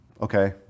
okay